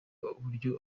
uburyo